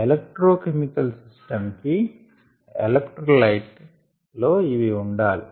electro chemical system కి electrolyte లో ఇవి ఉండాలి